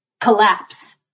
collapse